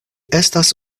estas